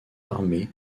armée